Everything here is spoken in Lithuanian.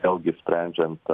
vėlgi sprendžiant